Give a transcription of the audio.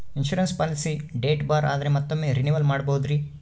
Insurance policy date ಬಾರ್ ಆದರೆ ಮತ್ತೊಮ್ಮೆ ರಿನಿವಲ್ ಮಾಡಬಹುದ್ರಿ?